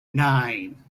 nine